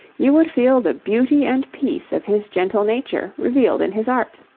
you would feel the beauty and peace of his gentle nature revealed in his art.